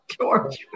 George